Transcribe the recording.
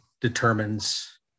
determines